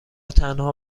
تنها